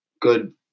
good